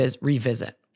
revisit